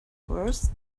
worse